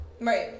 Right